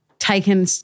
taken